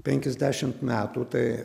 penkiasdešimt metų tai